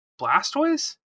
Blastoise